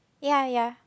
ya ya